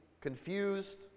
confused